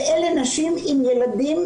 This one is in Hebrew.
אלה נשים עם ילדים,